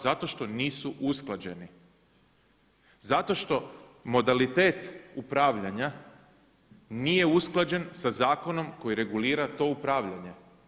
Zato što nisu usklađeni, zato što modalitet upravljanja nije usklađen sa zakonom koji regulira to upravljanje.